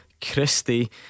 Christie